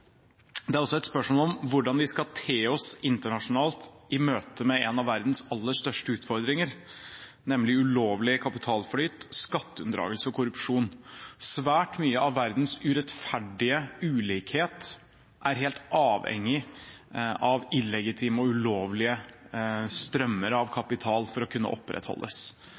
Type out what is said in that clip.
Det er også et spørsmål om hvordan vi skal te oss internasjonalt i møte med en av verdens aller største utfordringer, nemlig ulovlig kapitalflyt, skatteunndragelse og korrupsjon. Svært mye av verdens urettferdige ulikhet er helt avhengig av illegitime og ulovlige strømmer av kapital for å kunne opprettholdes.